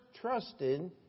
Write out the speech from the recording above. trusted